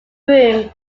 room